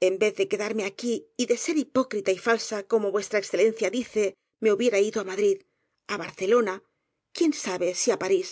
en vez de quedarme aquí y de ser hipócrita y falsa como v e dice me hubiera ido á madrid á bar celona quién sabe si á parís